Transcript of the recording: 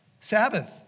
Sabbath